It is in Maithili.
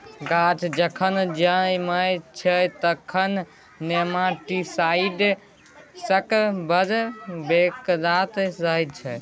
गाछ जखन जनमय छै तखन नेमाटीसाइड्सक बड़ बेगरता रहय छै